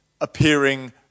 appearing